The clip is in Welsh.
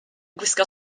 gwisgo